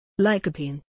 Lycopene